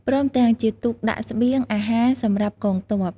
ព្រមទាំង ជាទូកដាក់ស្បៀង អាហារសម្រាប់ កងទ័ព។